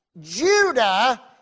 Judah